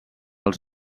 els